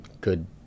good